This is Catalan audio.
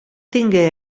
tingué